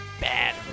bad